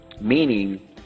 meaning